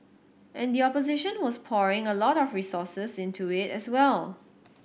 and the opposition was pouring a lot of resources into it as well